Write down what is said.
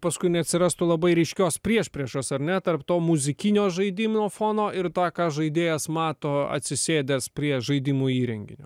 paskui neatsirastų labai ryškios priešpriešos ar ne tarp to muzikinio žaidimo fono ir tą ką žaidėjas mato atsisėdęs prie žaidimų įrenginio